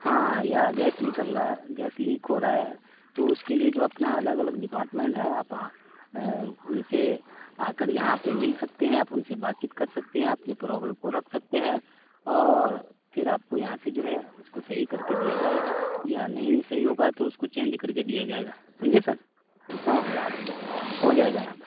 ہاں یا گیس نکل رہا گیس لیک ہو رہا ہے تو اس کے لیے جو اپنا الگ الگ ڈپارٹمنٹ ہے آپ ان سے آ کر یہاں پہ مل سکتے ہیں آپ ان سے بات چیت کر سکتے ہیں آپ کی پروبلم کو رکھ سکتے ہیں اور پھر آپ کو یہاں سے جو ہے اس کو صحیح کر کے دیا جائے گا یا نہیں صحیح ہوگا تو اس کو چینج کر کے دیا جائے گا سمجھے سر ہاں ہو جائے گا یہاں